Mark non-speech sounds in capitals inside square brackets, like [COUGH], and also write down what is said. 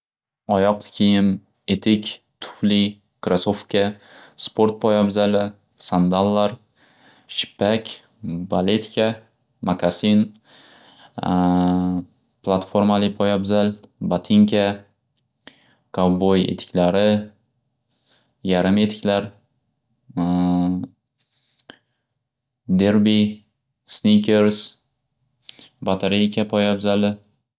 Oyoq kiyim tufli, etik, krasovka, sport poyavzali, sandallar, shippak, baletka, makasin, [HESITATION] platformali poyavzal, botinka, kavbo'y etiklari, yarim etiklar, [HESITATION] derbi, snikers, batareyka poyavzali.